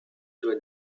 doit